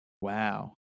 wow